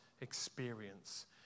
experience